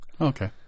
okay